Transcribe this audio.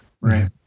Right